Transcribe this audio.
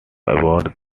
avoid